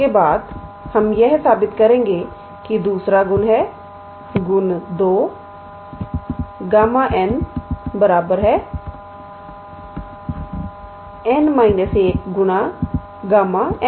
इसके बाद हम यह साबित करेंगे कि दूसरा गुण है गुण 2 Γ𝑛 𝑛 − 1Γ𝑛 − 1